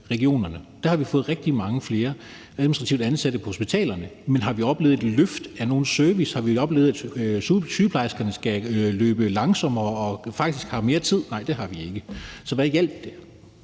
har vi fået rigtig mange flere administrative ansatte på hospitalerne. Men har vi oplevet et løft af nogen service? Har vi oplevet, at sygeplejerskerne skal løbe langsommere og faktisk har mere tid? Nej, det har vi ikke. Så hvad hjalp det?